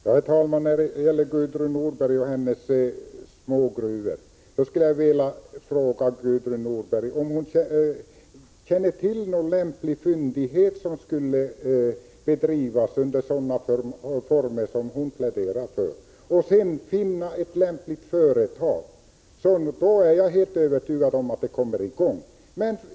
Herr talman! Jag skulle vilja fråga Gudrun Norberg om hon känner till någon lämplig fyndighet, som skulle kunna drivas under sådana former som hon pläderar för, och om hon sedan kan finna ett lämpligt företag som tar hand om den.